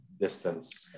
distance